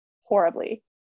horribly